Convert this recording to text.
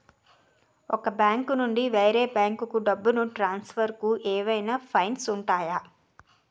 ఒక బ్యాంకు నుండి వేరే బ్యాంకుకు డబ్బును ట్రాన్సఫర్ ఏవైనా ఫైన్స్ ఉంటాయా?